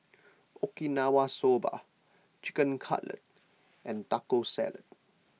Okinawa Soba Chicken Cutlet and Taco Salad